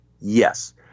Yes